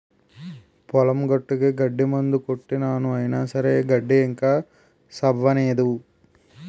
పొలం గట్టుకి గడ్డి మందు కొట్టినాను అయిన సరే గడ్డి ఇంకా సవ్వనేదు